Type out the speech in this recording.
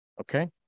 Okay